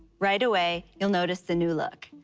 right away you'll notice the new look.